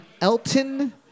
Elton